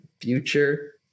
future